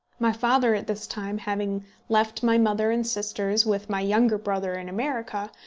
my father at this time having left my mother and sisters with my younger brother in america,